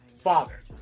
father